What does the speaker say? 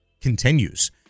continues